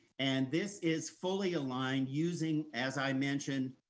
and this is fully aligned using, as i mentioned,